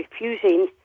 refusing